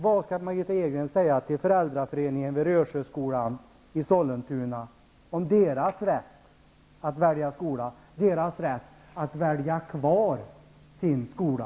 Vad skall Margitta Edgren säga till föräldrarna i föräldraföreningen vid Rösjöskolan i Sollentuna om deras rätt att välja skola, deras rätt att välja att ha kvar sin skola?